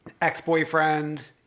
ex-boyfriend